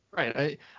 Right